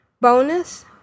bonus